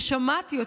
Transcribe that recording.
שמעתי,